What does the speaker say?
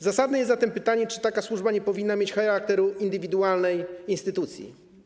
Zasadne jest zatem pytanie, czy taka służba nie powinna mieć charakteru indywidualnej instytucji.